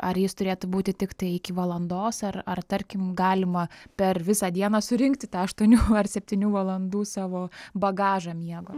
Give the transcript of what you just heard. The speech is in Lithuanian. ar jis turėtų būti tiktai iki valandos arar tarkim galima per visą dieną surinkti tą aštuonių ar septynių valandų savo bagažą miego